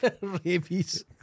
rabies